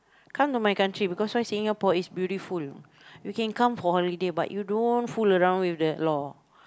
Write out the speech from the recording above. come to my country because why Singapore is beautiful you can come for holiday but you don't fool around with the law